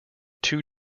two